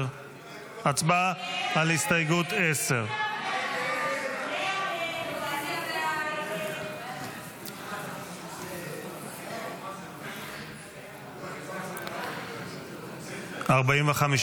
10. הצבעה על הסתייגות 10. הסתייגות 10 לא נתקבלה.